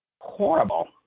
horrible